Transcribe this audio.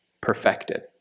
perfected